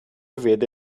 vede